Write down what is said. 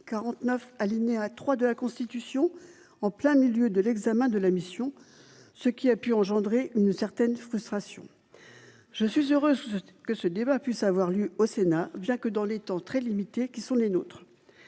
49 alinéa 3 de la Constitution, en plein milieu de l'examen de la mission, ce qui a pu engendrer une certaine frustration, je suis heureuse que ce débat puisse avoir lieu au Sénat Jacques dans les temps très limité, qui sont les nôtres,